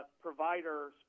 provider